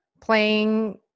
playing